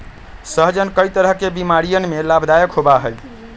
सहजन कई तरह के बीमारियन में लाभदायक होबा हई